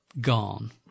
gone